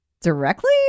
Directly